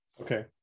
Okay